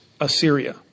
Assyria